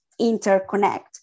interconnect